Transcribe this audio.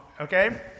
okay